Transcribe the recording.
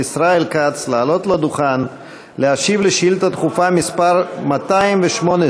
ישראל כץ לעלות לדוכן ולהשיב על שאילתה דחופה מס' 218